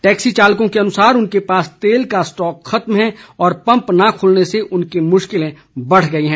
taxi चालकों के अनुसार उनके पास तेल का स्टॉक खत्म है और पम्प न खुलने से उनकी मुश्किलें बढ़ गई है